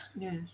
Yes